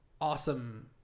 awesome